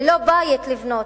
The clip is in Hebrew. ללא בית לגור.